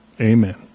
Amen